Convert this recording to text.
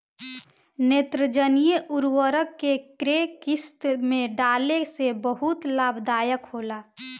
नेत्रजनीय उर्वरक के केय किस्त में डाले से बहुत लाभदायक होला?